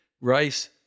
Rice